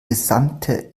gesamte